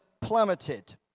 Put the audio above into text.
plummeted